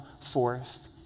forth